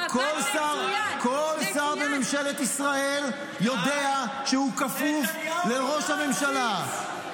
הוא עבד מצוין --- כל שר בממשלת ישראל יודע שהוא כפוף לראש הממשלה.